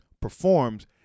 performs